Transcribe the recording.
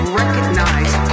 recognize